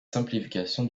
simplification